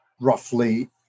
roughly